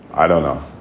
i don't know.